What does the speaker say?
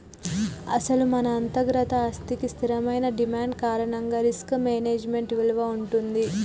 అసలు మన అంతర్గత ఆస్తికి స్థిరమైన డిమాండ్ కారణంగా రిస్క్ మేనేజ్మెంట్ విలువ ఉంటుంది